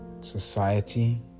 society